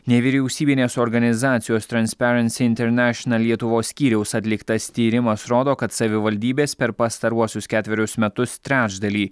nevyriausybinės organizacijos transperansi internašional lietuvos skyriaus atliktas tyrimas rodo kad savivaldybės per pastaruosius ketverius metus trečdalį